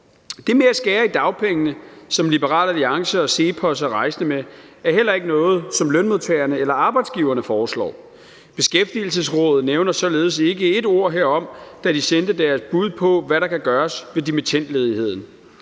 Det med at skære i dagpengene, som Liberal Alliance og CEPOS er rejsende i, er heller ikke noget, som lønmodtagerne eller arbejdsgiverne foreslår. Beskæftigelsesrådet nævnte således ikke ét ord herom, da de sendte deres bud på, hvad der kan gøres ved dimittendledigheden.